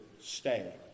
stay